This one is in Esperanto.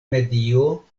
medio